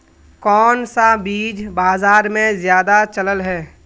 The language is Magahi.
कोन सा बीज बाजार में ज्यादा चलल है?